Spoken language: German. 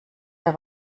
der